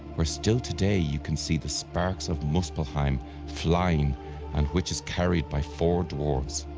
where still today you can see the sparks of muspellheim flying and which is carried by four dwarfs.